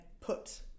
put